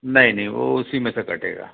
नहीं नहीं वो उसी में से कटेगा